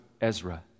Ezra